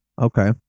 okay